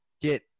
get